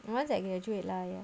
once I graduate lah ya